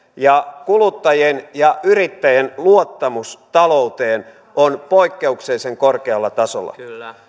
ja kuluttajien ja yrittäjien luottamus talouteen on poikkeuksellisen korkealla tasolla